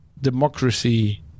democracy